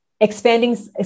expanding